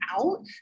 out